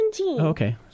Okay